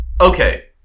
Okay